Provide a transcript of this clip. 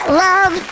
love